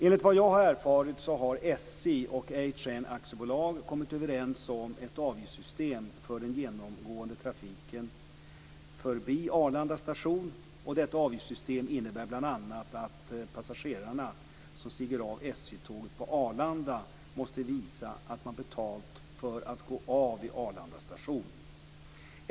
Enligt vad jag har erfarit har SJ och A Detta avgiftssystem innebär bl.a. att passagerarna som stiger av SJ-tåget på Arlanda måste visa att man betalt för att gå av vid Arlanda station.